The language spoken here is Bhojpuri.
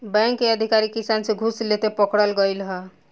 बैंक के अधिकारी किसान से घूस लेते पकड़ल गइल ह